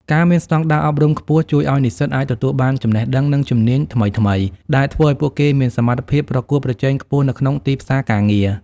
ការមានស្តង់ដារអប់រំខ្ពស់ជួយឱ្យនិស្សិតអាចទទួលបានចំណេះដឹង និងជំនាញថ្មីៗ ដែលធ្វើឱ្យពួកគេមានសមត្ថភាពប្រកួតប្រជែងខ្ពស់នៅក្នុងទីផ្សារការងារ។